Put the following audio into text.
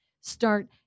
Start